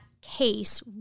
case